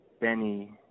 Benny